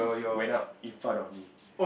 when up in front of me